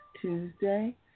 Tuesday